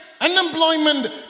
unemployment